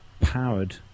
powered